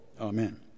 amen